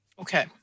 Okay